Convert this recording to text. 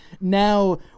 now